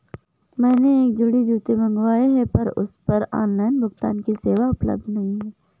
मैंने एक जोड़ी जूते मँगवाये हैं पर उस पर ऑनलाइन भुगतान की सेवा उपलब्ध नहीं है